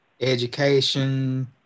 education